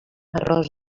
arròs